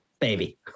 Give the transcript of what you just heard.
baby